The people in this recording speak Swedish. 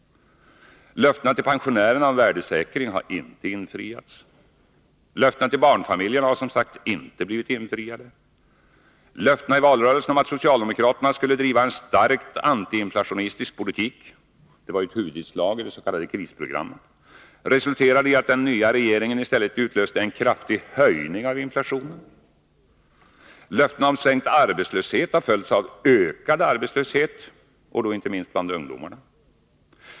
Löftena till pensionärerna om värdesäkring har inte infriats. Löftena till barnfamiljerna har som sagt inte blivit infriade. Löftena i valrörelsen om att socialdemokraterna skulle driva en starkt antiinflationistisk politik — det var ju ett huvudinslag i det s.k. krisprogrammetresulterade i att den nya regeringen i stället utlöste en kraftig höjning av inflationen. Löftena om sänkt arbetslöshet har följts av ökad arbetslöshet, inte minst bland de unga.